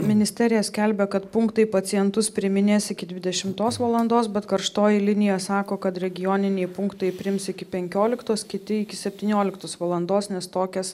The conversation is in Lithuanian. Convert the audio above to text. ministerija skelbia kad punktai pacientus priiminės iki dvidešimtos valandos bet karštoji linija sako kad regioniniai punktai priims iki penkioliktos kiti iki septynioliktos valandos nes tokias